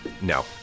No